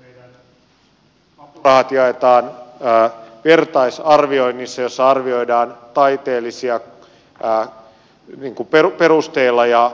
meillä apurahat jaetaan vertaisarvioinnissa jossa arvioidaan taiteellisilla perusteilla ja